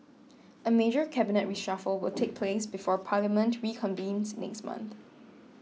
a major cabinet reshuffle will take place before parliament reconvenes next month